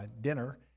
dinner